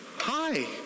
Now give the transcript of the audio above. hi